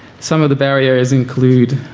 some of the barriers include,